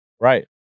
Right